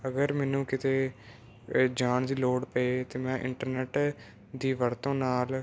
ਅਗਰ ਮੈਨੂੰ ਕਿਤੇ ਜਾਨ ਦੀ ਲੋੜ ਪਏ ਤਾਂ ਮੈਂ ਇੰਟਰਨੈਟ ਦੀ ਵਰਤੋਂ ਨਾਲ